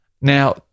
Now